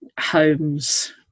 homes